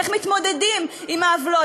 איך מתמודדים עם העוולות,